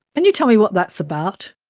can you tell me what that's about?